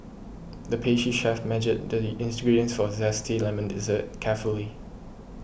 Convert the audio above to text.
the pastry chef measured the ingredients for a Zesty Lemon Dessert carefully